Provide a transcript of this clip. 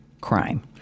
crime